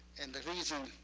and they reason,